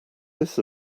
this